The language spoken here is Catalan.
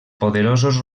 poderosos